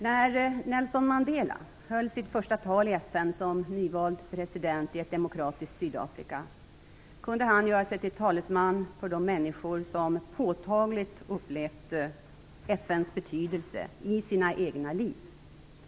När Nelson Mandela höll sitt första tal i FN som nyvald president i ett demokratiskt Sydafrika kunde han göra sig till talesman för de människor som påtagligt upplevt FN:s betydelse i sina egna liv.